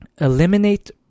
eliminate